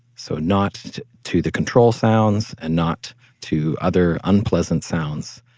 so not to the control sounds, and not to other unpleasant sounds.